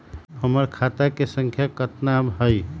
हमर खाता के सांख्या कतना हई?